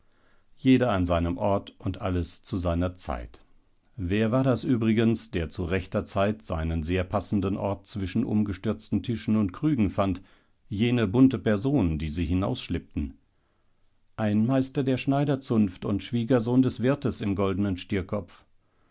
jeder an seinem ort und alles zu seiner zeit wer war das übrigens der zu rechter zeit seinen sehr passenden ort zwischen umgestürzten tischen und krügen fand jene bunte person die sie hinausschleppten ein meister der schneiderzunft und schwiegersohn des wirtes im goldenen stierkopf